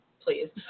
please